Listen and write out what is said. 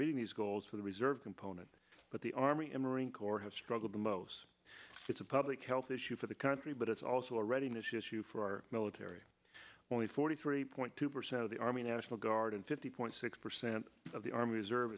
meeting these goals for the reserve component but the army and marine corps have struggled the most it's a public health issue for the country but it's also a readiness issue for our military only forty three point two percent of the army national guard and fifty point six percent of the army reserv